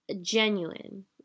genuine